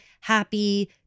happy